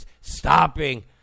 stopping